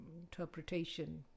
interpretation